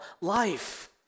life